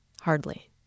Hardly